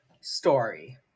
story